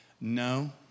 No